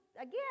again